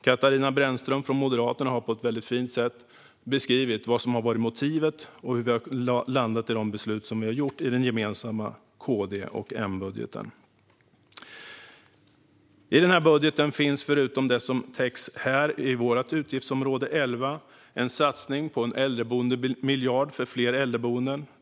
Katarina Brännström från Moderaterna har på ett mycket fint sätt beskrivit vad som har varit motivet och hur vi har landat i besluten i den gemensamma KD och M-budgeten. I denna budget finns, förutom det som täcks in under vårt utgiftsområde 11, en satsning på en äldreboendemiljard för fler äldreboenden.